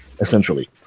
essentially